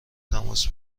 تماس